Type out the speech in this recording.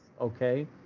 Okay